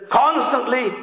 constantly